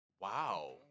Wow